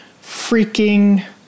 freaking